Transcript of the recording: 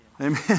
amen